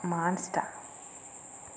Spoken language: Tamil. மான்ஸ்ட்டா